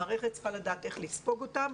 המערכת צריכה לדעת איך לספוג אותם.